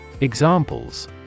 Examples